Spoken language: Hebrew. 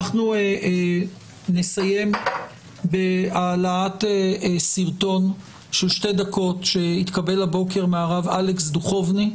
אנחנו נסיים בהעלאת סרטון של שתי דקות שהתקבל הבוקר מהרב אלכס דוכובני,